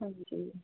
ਹਾਂਜੀ